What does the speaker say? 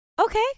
Okay